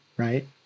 right